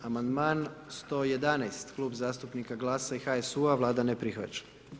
Amandman 111, klub zastupnika Glasa i HSU-a, Vlada ne prihvaća.